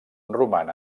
roman